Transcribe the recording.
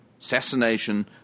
assassination